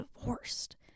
divorced